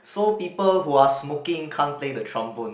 so people who are smoking can't play the trombone